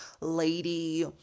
lady